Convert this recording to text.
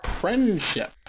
friendship